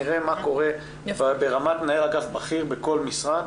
נראה מה קורה ברמת מנהל אגף בכיר בכל משרד,